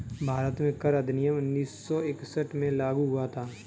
भारत में कर अधिनियम उन्नीस सौ इकसठ में लागू हुआ था